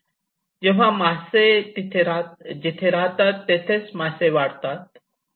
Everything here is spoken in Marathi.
जेव्हा मासे जिथे राहतात तेथे मासे वाढतात